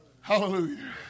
Hallelujah